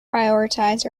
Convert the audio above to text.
prioritize